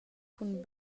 cun